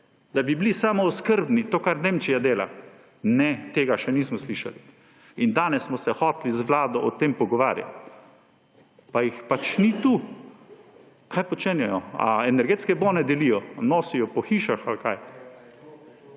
da bi bili samooskrbni ‒ to, kar Nemčija dela. Ne, tega še nismo slišali! In danes smo se hoteli z Vlado o tem pogovarjati, pa jih pač ni tu. Kaj počenjajo? Ali energetske bone delijo, nosijo po hišah ali kaj?